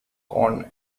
corn